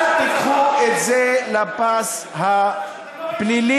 אל תיקחו את זה לפס הפלילי.